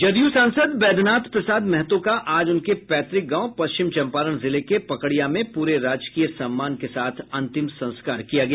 जदयू सांसद बैद्यनाथ प्रसाद महतो का आज उनके पैतुक गांव पश्चिम चम्पारण जिले के पकड़िया में पूरे राजकीय सम्मान के साथ अंतिम संस्कार किया गया